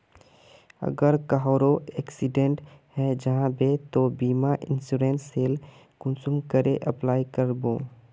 अगर कहारो एक्सीडेंट है जाहा बे तो बीमा इंश्योरेंस सेल कुंसम करे अप्लाई कर बो?